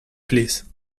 please